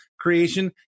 creation